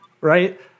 right